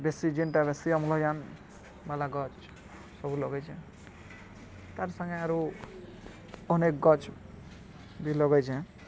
ବେଶୀ ଯେନ୍ଟା ବେଶୀ ଅମ୍ଲୟାନ ବାଲା ଗଛ୍ ସବୁ ଲଗେଇଛେ ତା'ର୍ ସାଙ୍ଗେ ଆରୁ ଅନେକ ଗଛ ବି ଲଗେଇଛେ